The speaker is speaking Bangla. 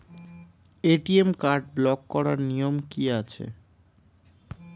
এ.টি.এম কার্ড ব্লক করার নিয়ম কি আছে?